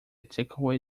takeaway